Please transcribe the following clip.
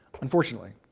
Unfortunately